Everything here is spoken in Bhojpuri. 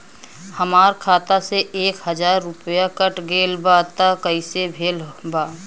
हमार खाता से एक हजार रुपया कट गेल बा त कइसे भेल बा?